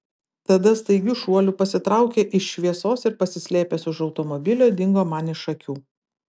tada staigiu šuoliu pasitraukė iš šviesos ir pasislėpęs už automobilio dingo man iš akių